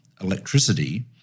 electricity